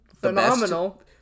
phenomenal